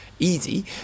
easy